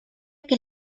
que